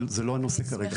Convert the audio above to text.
אבל זה לא הנושא כרגע.